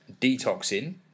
detoxing